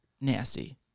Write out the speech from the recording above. Nasty